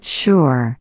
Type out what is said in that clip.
sure